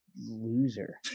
loser